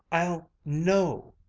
i'll know!